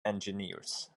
engineers